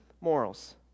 morals